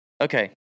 Okay